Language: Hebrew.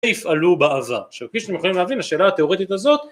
יפעלו בעזה, עכשיו כפי שאנחנו יכולים להבין את השאלה התיאורטית הזאת